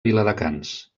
viladecans